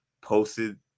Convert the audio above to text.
posted